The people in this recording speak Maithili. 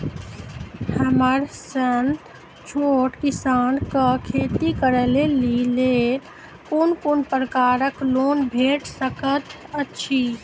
हमर सन छोट किसान कअ खेती करै लेली लेल कून कून प्रकारक लोन भेट सकैत अछि?